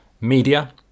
media